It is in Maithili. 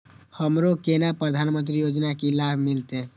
हमरो केना प्रधानमंत्री योजना की लाभ मिलते?